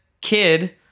kid